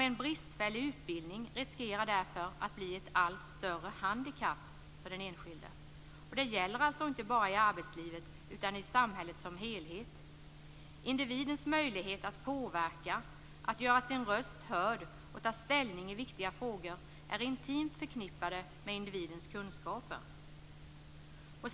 En bristfällig utbildning riskerar därför att bli ett allt större handikapp för den enskilde. Det gäller alltså inte bara i arbetslivet utan i samhället som helhet. Individens möjligheter att påverka, att göra sin röst hörd och ta ställning i viktiga frågor är intimt förknippade med individens kunskaper.